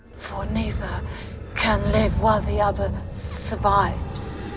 for neither can live while the other survives.